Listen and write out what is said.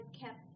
kept